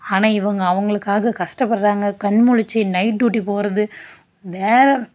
ஆனால் இவங்க அவங்களுக்காக கஷ்டப்படுறாங்க கண் முழிச்சி நைட் டூட்டி போகறது வேறு